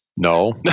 no